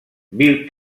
viu